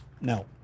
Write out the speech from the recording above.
No